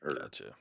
Gotcha